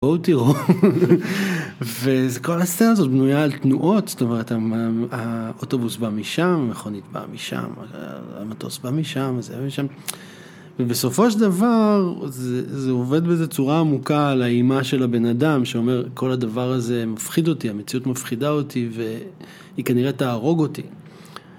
בואו תראו, וכל הסצנה הזאת בנויה על תנועות, זאת אומרת... האוטובוס בא משם, המכונית באה משם, המטוס בא משם, וזה משם... ובסופו של דבר זה עובד באיזו צורה עמוקה על האימה של הבן אדם, שאומר כל הדבר הזה מפחיד אותי, המציאות מפחידה אותי, והיא כנראה תהרוג אותי.